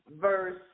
verse